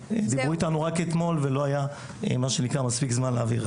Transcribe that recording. דיברו איתנו רק אתמול, ולא היה מספיק זמן להעביר.